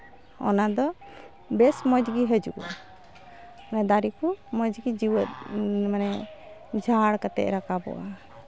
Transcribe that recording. ᱚᱱᱟ ᱫᱚ ᱵᱮᱥ ᱢᱚᱡᱽ ᱜᱮ ᱦᱤᱡᱩᱜᱼᱟ ᱚᱱᱟ ᱫᱟᱨᱮ ᱠᱚ ᱢᱚᱡᱽ ᱜᱮ ᱡᱮᱣᱮᱫ ᱢᱟᱱᱮ ᱡᱷᱟᱲ ᱠᱟᱛᱮᱫ ᱨᱟᱠᱟᱵᱚᱜᱼᱟ